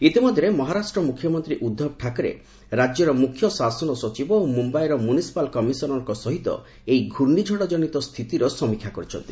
ଇତିମଧ୍ୟରେ ମହାରାଷ୍ଟ୍ର ମୁଖ୍ୟମନ୍ତ୍ରୀ ଉଦ୍ଧବ ଠାକରେ ରାଜ୍ୟର ମୁଖ୍ୟ ଶାସନ ସଚିବ ଓ ମୁମ୍ବାଇର ମୁନିସ୍ପାଲ୍ କମିଶନରଙ୍କ ସହିତ ଏହି ଘର୍ଷ୍ଣିଝଡ଼ ଜନିତ ସ୍ଥିତିର ସମୀକ୍ଷା କରିଛନ୍ତି